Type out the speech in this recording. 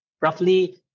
roughly